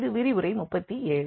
இது விரிவுரை 37